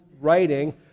writing